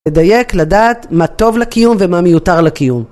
לדייק, לדעת, מה טוב לקיום ומה מיותר לקיום.